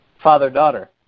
father-daughter